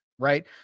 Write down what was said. right